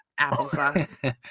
applesauce